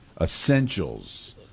Essentials